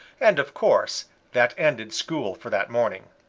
and of course that ended school for that morning.